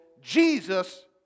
Jesus